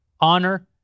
honor